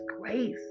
grace